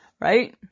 Right